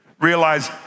Realize